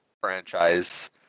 franchise